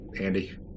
Andy